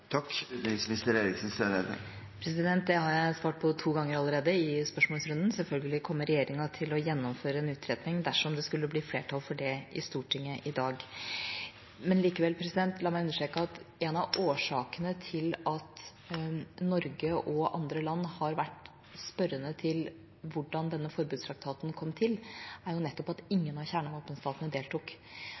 Det har jeg svart på to ganger allerede i spørsmålsrunden. Selvfølgelig kommer regjeringa til å gjennomføre en utredning dersom det skulle bli flertall for det i Stortinget i dag. Men la meg likevel understreke at en av årsakene til at Norge og andre land har vært spørrende til hvordan denne forbudstraktaten kom til, er nettopp at ingen av kjernevåpenstatene deltok.